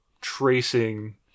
tracing